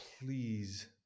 please